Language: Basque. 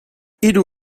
hiru